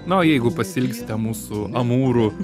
na o jeigu pasiilgsite mūsų amūrų